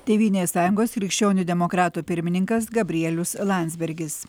tėvynės sąjungos krikščionių demokratų pirmininkas gabrielius landsbergis